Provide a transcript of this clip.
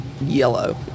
yellow